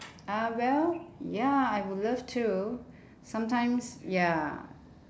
ah well ya I would love to sometimes ya